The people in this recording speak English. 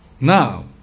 Now